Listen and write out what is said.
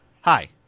Hi